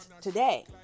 today